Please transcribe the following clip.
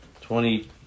Twenty